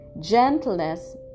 gentleness